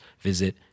visit